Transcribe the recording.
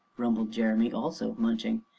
rumbled jeremy, also munching.